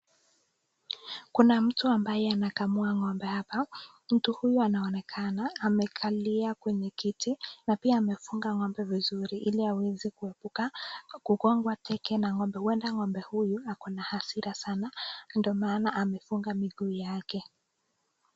Kuna mtu ambaye anakamua ng'ombe hapa. Mtu huyu anaonekana amekalia kwenye kiti na pia amefunga ng'ombe vizuri ili aweze kuepuka kukongwa teke na ng'ombe. Huenda ng'ombe huyu ako na hasira sana ndio maana amefunga miguu yake.